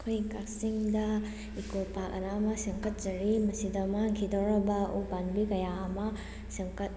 ꯑꯩꯈꯣꯏ ꯀꯛꯆꯤꯡꯗ ꯏꯀꯣ ꯄꯥꯛ ꯑꯅ ꯑꯃ ꯁꯦꯝꯒꯠꯆꯔꯤ ꯃꯁꯤꯗ ꯃꯥꯡꯈꯤꯗꯧꯔꯕ ꯎ ꯄꯥꯟꯕꯤ ꯀꯌꯥ ꯑꯃ ꯁꯦꯝꯒꯠ